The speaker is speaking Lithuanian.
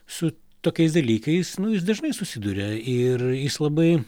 su tokiais dalykais nu jis dažnai susiduria ir jis labai